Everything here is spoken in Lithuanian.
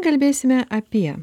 kalbėsime apie